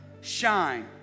shine